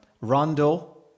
rondo